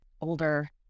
older